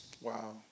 Wow